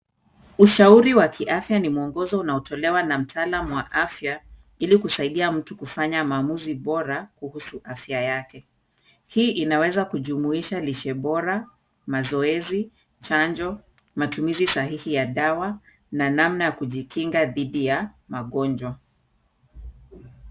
Ushauri wa kiafya ni mwongozo unaotolewa na mtaalamu wa afya ili kusaidia mtu kufanya maamuzi bora kuhusu afya yake. Hii inaweza kujumuisha lishe bora, mazoezi, chanjo, matumizi sahihi ya dawa, na namna ya kujikinga dhidi ya magonjwa.